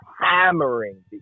hammering